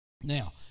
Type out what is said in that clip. Now